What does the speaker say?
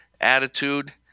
attitude